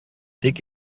тик